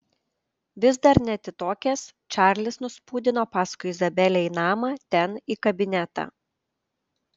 vis dar neatitokęs čarlis nuspūdino paskui izabelę į namą ten į kabinetą